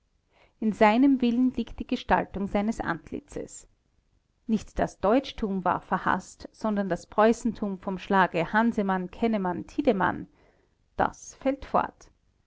in seinem willen liegt die gestaltung seines antlitzes nicht das deutschtum war verhaßt sondern das preußentum vom schlage hansemann-kennemann-tiedemann das fällt fort